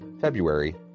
February